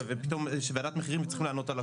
ופתאום ועדת מחירים וצריך לענות על הכול.